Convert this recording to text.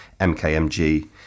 MKMG